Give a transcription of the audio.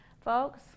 Folks